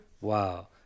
Wow